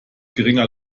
geringer